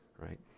right